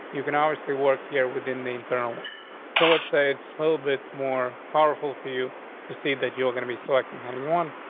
you can obviously work here within the internal. so let's say it's a little bit more powerful to you to see that you're gonna be selecting having one,